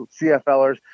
CFLers